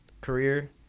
career